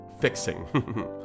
Fixing